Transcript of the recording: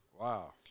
Wow